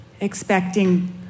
expecting